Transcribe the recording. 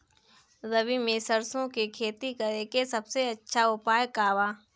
रबी में सरसो के खेती करे के सबसे अच्छा उपाय का बा?